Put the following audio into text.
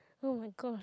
oh-my-gosh